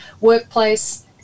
workplace